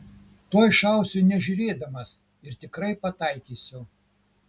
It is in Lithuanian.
tuoj šausiu nežiūrėdamas ir tikrai pataikysiu